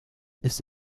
ist